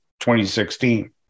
2016